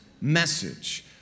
message